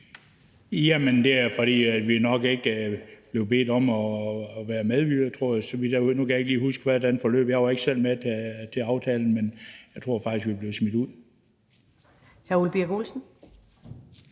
Jamen det er nok, fordi vi ikke blev bedt om at være med. Nu kan jeg ikke lige huske, hvordan forløbet var, for jeg var ikke selv med til aftalen, men jeg tror faktisk, at vi blev smidt ud. Kl. 14:02 Første